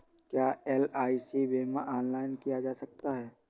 क्या एल.आई.सी बीमा ऑनलाइन किया जा सकता है?